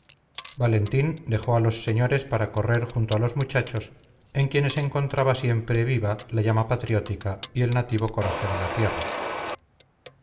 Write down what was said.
valentín dejó a los señores para correr junto a los muchachos en quienes encontraba siempre viva la llama patriótica y el nativo coraje de la tierra